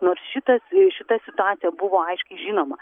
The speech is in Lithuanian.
nors šitas šita situacija buvo aiškiai žinoma